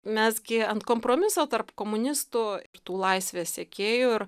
mes gi ant kompromiso tarp komunistų ir tų laisvės sekėjų ir